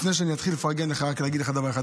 לפני שאני אתחיל לפרגן לך, רק להגיד לך דבר אחד.